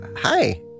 hi